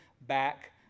back